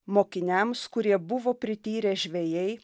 mokiniams kurie buvo prityrę žvejai